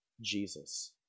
Jesus